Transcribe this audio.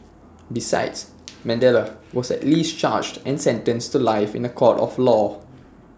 besides Mandela was at least charged and sentenced to life in A court of law